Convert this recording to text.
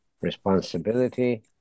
responsibility